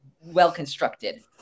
well-constructed